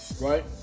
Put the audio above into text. right